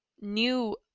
new